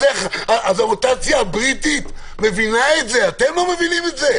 אז המוטציה הבריטית מבינה את זה ואתם לא מבינים את זה.